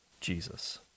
Jesus